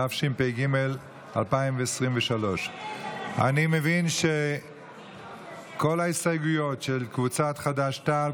התשפ"ג 2023. אני מבין שכל ההסתייגויות של קבוצת חד"ש-תע"ל,